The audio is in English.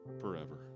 forever